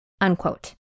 unquote